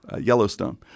Yellowstone